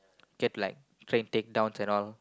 get like train take downs and all